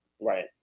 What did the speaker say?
Right